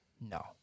No